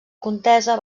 contesa